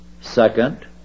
Second